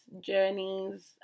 journeys